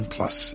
Plus